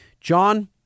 John